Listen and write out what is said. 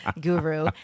guru